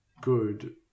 good